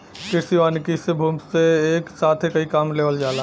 कृषि वानिकी से भूमि से एके साथ कई काम लेवल जाला